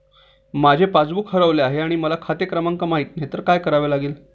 माझे पासबूक हरवले आहे आणि मला खाते क्रमांक माहित नाही तर काय करावे लागेल?